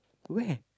where